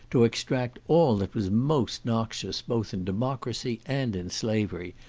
to extract all that was most noxious both in democracy and in slavery,